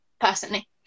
personally